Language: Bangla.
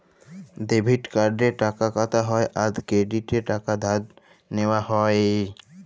ডেবিট কার্ডে টাকা কাটা হ্যয় আর ক্রেডিটে টাকা ধার লেওয়া হ্য়য়